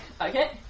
Okay